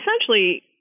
essentially